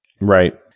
Right